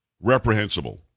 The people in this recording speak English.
reprehensible